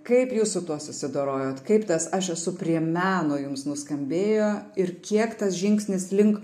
kaip jūs tuo susidorojot kaip tas aš esu prie meno jums nuskambėjo ir kiek tas žingsnis link